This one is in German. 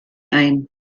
ein